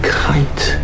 kite